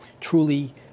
truly